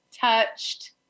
touched